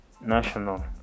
national